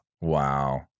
Wow